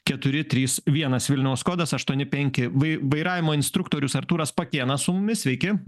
keturi trys vienas vilniaus kodas aštuoni penki vai vairavimo instruktorius artūras pakėnas su mumis sveiki